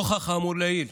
נוכח האמור לעיל,